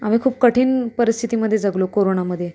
आम्ही खूप कठीण परिस्थितीमध्ये जगलो कोरोनामध्ये